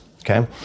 Okay